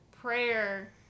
prayer